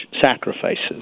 sacrifices